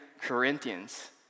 Corinthians